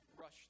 rush